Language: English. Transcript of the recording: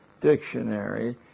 dictionary